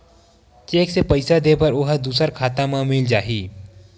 Cheque से पईसा दे बर ओहा दुसर खाता म मिल जाही?